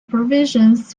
provisions